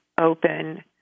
open